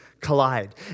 Collide